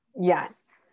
Yes